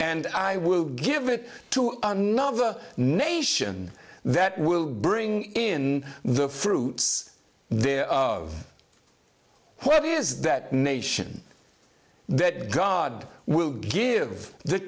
and i will give it to another nation that will bring in the fruits thereof where is that nation that god will give the